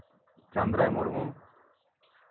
Chandrai Murmu